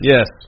Yes